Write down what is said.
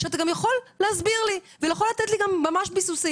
שאתה גם יכול להסביר לי ויכול גם לתת לי ממש ביסוסים,